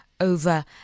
over